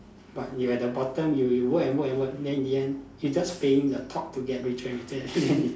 but you at the bottom you you work and work and work then in the end you just paying the top to get richer and richer and then